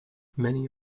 many